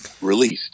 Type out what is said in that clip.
released